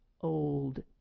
old